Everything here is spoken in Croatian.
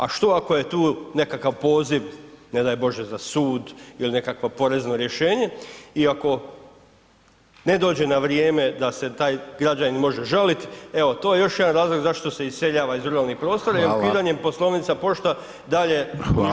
A što ako je tu nekakav poziv ne daj Bože za sud il nekakvo porezno rješenje i ako ne dođe na vrijeme da se taj građanin može žalit, evo to je još jedan razlog zašto se iseljava iz ruralnih prostora [[Upadica: Hvala]] i ukidanjem poslovnica pošta dalje [[Upadica: Hvala vam]] uništavamo RH.